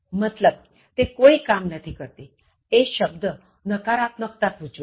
મતલબ તે કોઇ કામ નથી કરતી એ શબ્દ નકારાત્મકતા સૂચવે છે